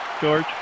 George